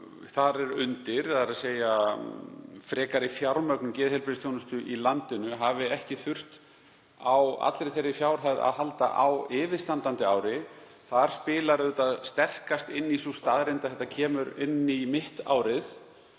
þar er undir, þ.e. frekari fjármögnun geðheilbrigðisþjónustu í landinu, hafi ekki þurft á allri þeirri fjárhæð að halda á yfirstandandi ári. Þar spilar auðvitað sterkast inn í sú staðreynd að þetta kemur inn í mitt árið.